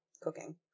cooking